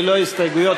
ללא הסתייגויות,